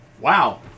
Wow